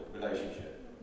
Relationship